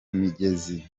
migezi